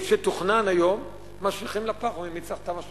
את שתוכנן היום משליכים לפח ואומרים: מי צריך תמ"א 35?